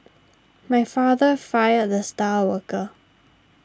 my father fired the star worker